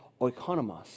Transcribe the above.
oikonomos